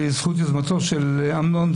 בזכות יוזמתו של אמנון,